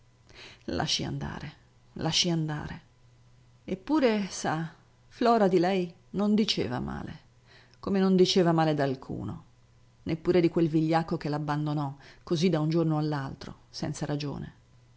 lasci andare lasci andare eppure sa flora di lei non diceva male come non diceva male d'alcuno neppure di quel vigliacco che l'abbandonò così da un giorno all'altro senza ragione